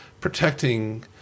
protecting